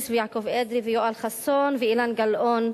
ויעקב אדרי ויואל חסון ואילן גילאון.